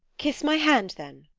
kiss my hand then!